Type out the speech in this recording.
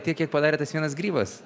tiek kiek padarė tas vienas grybas